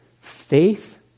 faith